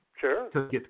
Sure